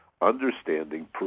understanding